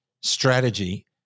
strategy